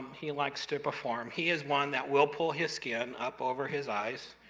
he likes to perform. he is one that will pull his skin up over his eyes.